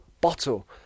bottle